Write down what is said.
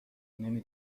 نمی